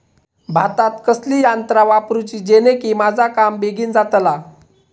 भातात कसली यांत्रा वापरुची जेनेकी माझा काम बेगीन जातला?